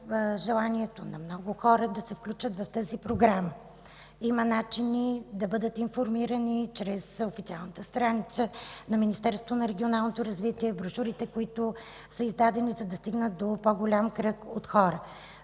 желанието на много хора да се включат в тази програма. Има начини да бъдат информирани чрез официалната страница на Министерство на регионалното развитие, брошурите, които са издадени, за да стигнат до по-голям кръг от хора.